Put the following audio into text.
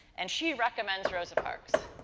and, she recommends rosa parks.